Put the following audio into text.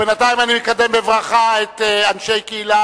בינתיים אני מקדם בברכה את אנשי הקהילה